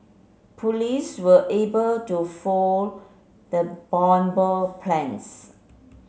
police were able to foil the bomber plans